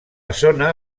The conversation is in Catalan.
zona